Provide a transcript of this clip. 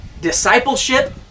discipleship